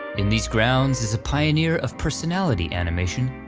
in these grounds is a pioneer of personality animation,